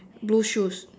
blue shoes